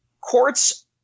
courts